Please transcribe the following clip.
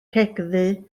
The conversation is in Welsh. cegddu